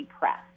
Press